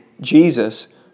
Jesus